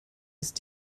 ist